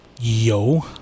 yo